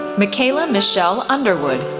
makayla michelle underwood,